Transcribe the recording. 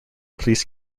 police